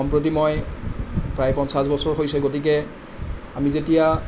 সম্প্ৰতি মই প্ৰায় পঞ্চাছ বছৰ হৈছে গতিকে আমি যেতিয়া